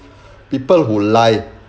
people who lie